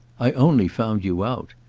i only found you out.